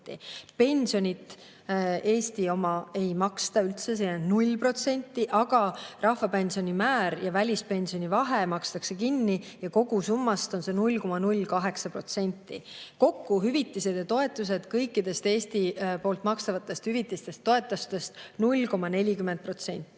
Pensionid – Eesti ei maksa neile üldse, see on 0%. Aga rahvapensioni määra ja välispensioni vahe makstakse kinni ja kogusummast on see 0,08%. Kokku nende hüvitised ja toetused kõikidest Eestis makstavatest hüvitistest ja toetustest